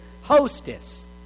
hostess